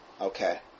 Okay